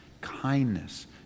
kindness